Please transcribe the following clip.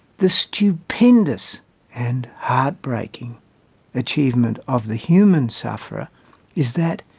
the stupendous and heart-breaking achievement of the human sufferer is that,